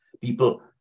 People